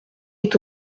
est